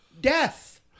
Death